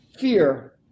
fear